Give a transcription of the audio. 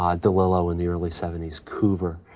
ah delillo in the early seventy s, coover.